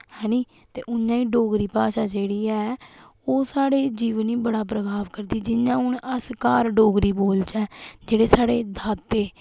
हैनी ते उनेंगी डोगरी भाशा जेह्ड़ी ऐ ओह् साढ़े जीवन दी बड़ा प्रभाव करदी ऐ जि'यां हून अस घार डोगरी बोलचै जेह्ड़े साढ़े दादे